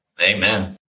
amen